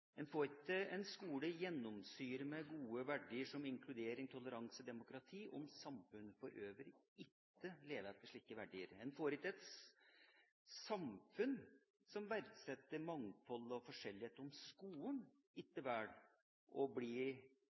En får ikke en skole gjennomsyret av gode verdier som inkludering, toleranse og demokrati om samfunnet for øvrig ikke lever etter slike verdier. En får ikke et samfunn som verdsetter mangfold og forskjellighet, om